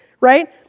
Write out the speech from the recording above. right